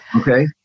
Okay